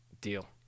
deal